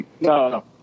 No